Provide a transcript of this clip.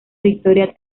victoria